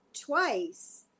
twice